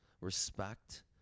respect